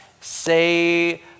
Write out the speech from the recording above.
say